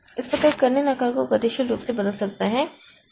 इस प्रकार कर्नेल आकार को गतिशील रूप से बदल सकता है